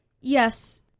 Yes